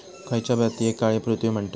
खयच्या मातीयेक काळी पृथ्वी म्हणतत?